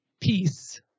Peace